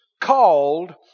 called